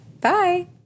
Bye